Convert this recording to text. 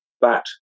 bat